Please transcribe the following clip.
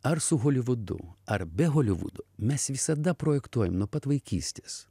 ar su holivudu ar be holivudo mes visada projektuojam nuo pat vaikystės